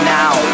now